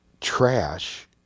trash